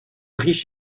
riche